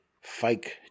fake